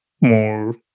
more